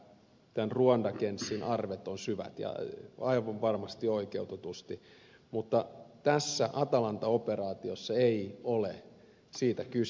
minä ymmärrän että tämän ruanda casen arvet ovat syvät ja aivan varmasti oikeutetusti mutta tässä atalanta operaatiossa ei ole siitä kyse